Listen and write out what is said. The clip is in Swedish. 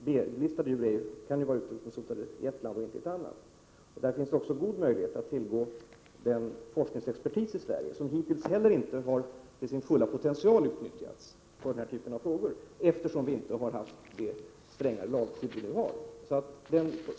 B-listade djur kan ju vara utrotningshotade i ett land och inte i ett annat. Det finns också goda möjligheter att använda den forskningsexpertis i Sverige som hittills inte utnyttjats till sin fulla potential för den här typen av frågor, eftersom vi inte har haft det strängare lagskydd vi nu har.